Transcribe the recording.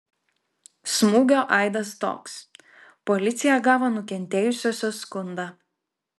smūgio aidas toks policija gavo nukentėjusiosios skundą